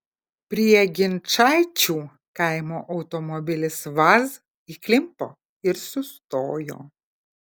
prie ginčaičių kaimo automobilis vaz įklimpo ir sustojo